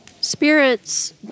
Spirits